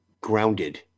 grounded